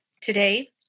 today